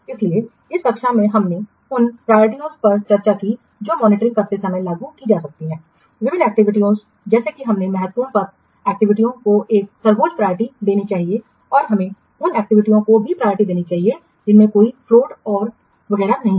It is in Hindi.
इसलिए इस कक्षा में हमने उन प्रायोरिटीओं पर चर्चा की है जो मॉनिटरिंग करते समय लागू की जा सकती हैं विभिन्न एक्टिविटीयों जैसे कि हमें महत्वपूर्ण पथ एक्टिविटीयों को एक सर्वोच्च प्रायोरिटी देनी चाहिए और हमें उन एक्टिविटीयों को भी प्रायोरिटी देनी चाहिए जिनमें कोई फ़्लोट और वगैरह नहीं हैं